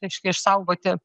reiškia išsaugoti